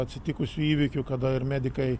atsitikusių įvykių kada ir medikai